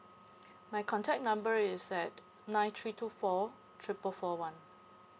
my contact number is at nine three two four triple four one